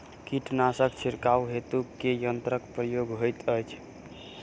कीटनासक छिड़काव हेतु केँ यंत्रक प्रयोग होइत अछि?